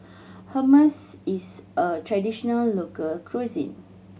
hummus is a traditional local cuisine